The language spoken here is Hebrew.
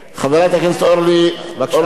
חברת הכנסת אורלי אבקסיס,